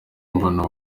mbona